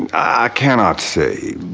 i cannot say.